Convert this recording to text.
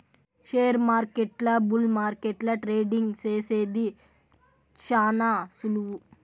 షేర్మార్కెట్ల బుల్ మార్కెట్ల ట్రేడింగ్ సేసేది శాన సులువు